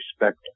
respect